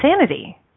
insanity